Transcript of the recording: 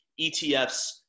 ETFs